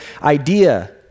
idea